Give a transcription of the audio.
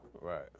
Right